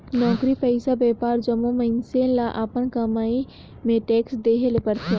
नउकरी पइसा, बयपारी जम्मो मइनसे ल अपन कमई में टेक्स देहे ले परथे